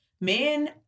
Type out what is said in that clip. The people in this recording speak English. Men